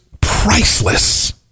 priceless